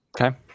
Okay